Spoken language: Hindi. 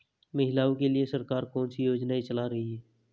महिलाओं के लिए सरकार कौन सी योजनाएं चला रही है?